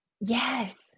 yes